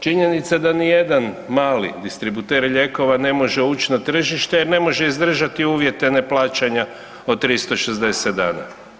Činjenica da ni jedan mali distributer lijekova ne može ući na tržište jer ne može izdržati uvjete neplaćanja od 360 dana.